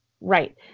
Right